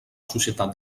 societat